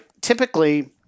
typically